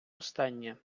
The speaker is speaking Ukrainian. останнє